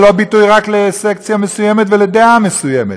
ולא ביטוי רק לסקציה מסוימת ולדעה מסוימת.